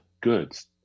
goods